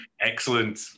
excellent